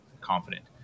confident